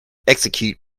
execute